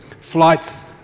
flights